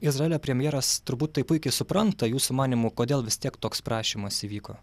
izraelio premjeras turbūt tai puikiai supranta jūsų manymu kodėl vis tiek toks prašymas įvyko